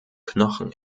knochen